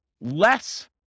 less